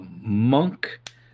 Monk